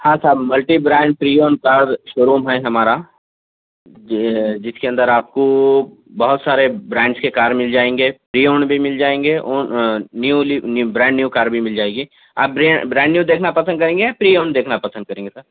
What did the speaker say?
ہاں صاحب multi brand premium پر شو روم ہے ہمارا جس کے اندر آپ کو بہت سارے برانڈس کے کار مل جائیں گے ری اونڈ بھی مِل جائیں گے اور نیولی برانڈ نیو کار بھی مل جائے گی آپ برانڈ نیو دیکھنا پسند کریں گے یا پریمیم دیکھنا پسند کریں گے سر